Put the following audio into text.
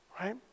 right